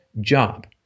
job